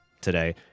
today